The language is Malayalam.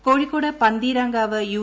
A case Kozhikode Pantheerankavu U